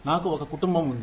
నాకు ఒక కుటుంబం ఉంది